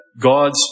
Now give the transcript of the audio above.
God's